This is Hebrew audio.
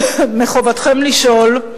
מחובתכם לשאול,